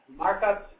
markups